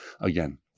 again